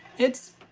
it's.